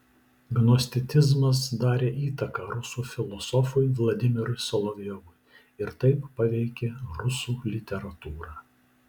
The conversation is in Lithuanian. gnosticizmas darė įtaką rusų filosofui vladimirui solovjovui ir taip paveikė rusų literatūrą